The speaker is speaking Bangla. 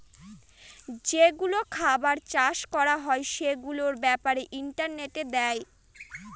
যেগুলো খাবার চাষ করা হয় সেগুলোর ব্যাপারে ইন্টারনেটে দেয়